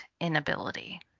inability